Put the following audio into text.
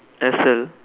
Excel